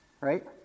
Right